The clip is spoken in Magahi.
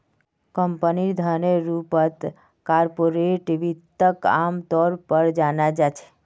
कम्पनीर धनेर रूपत कार्पोरेट वित्तक आमतौर पर जाना जा छे